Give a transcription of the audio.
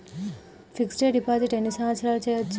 Fix డ్ deposit ఎన్ని సంవత్సరాలు చేయచ్చు?